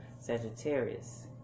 Sagittarius